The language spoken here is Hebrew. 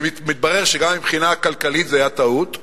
שמתברר שגם מבחינה כלכלית זו היתה טעות.